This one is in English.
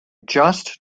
just